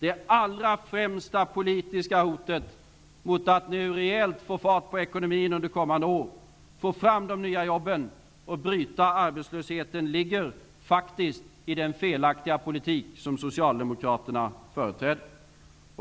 Det allra främsta politiska hotet mot att nu rejält få fart på ekonomin under kommande år, få fram de nya jobben och bryta arbetslösheten, ligger faktiskt i den felaktiga politik som Socialdemokraterna företräder.